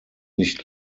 nicht